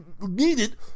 needed